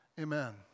Amen